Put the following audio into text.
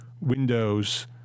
windows